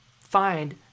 find